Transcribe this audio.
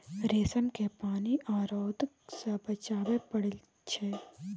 रेशम केँ पानि आ रौद सँ बचाबय पड़इ छै